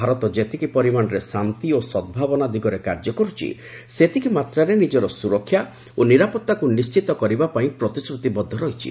ଭାରତ ଯେତିକି ପରିମାଣରେ ଶାନ୍ତି ଓ ସଦଭାବନା ଦିଗରେ କାର୍ଯ୍ୟ କରୁଛି ସେତିକି ମାତ୍ରାରେ ନିଜର ସୁରକ୍ଷା ଓ ନିରାପତ୍ତାକୁ ନିଶ୍ଚିତ କରିବା ପାଇଁ ପ୍ରତିଶ୍ରତିବଦ୍ଧ ରହିଛି